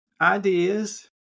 ideas